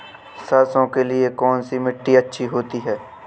सरसो के लिए कौन सी मिट्टी अच्छी होती है?